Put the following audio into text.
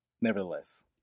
nevertheless